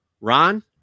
ron